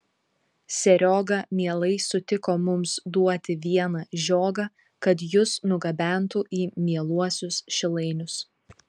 serioga mielai sutiko mums duoti vieną žiogą kad jus nugabentų į mieluosius šilainius